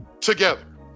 together